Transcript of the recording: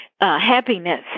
happiness